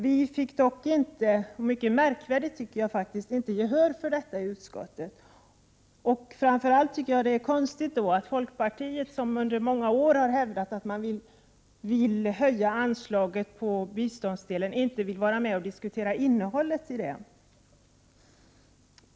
Vi fick dock inte gehör för detta i utskottet, vilket jag tycker är mycket märkligt. Framför allt tycker jag att det är konstigt att folkpartiet, som under många år har pläderat för en höjning av anslagsdelen av biståndet, inte vill diskutera innehållet i biståndet.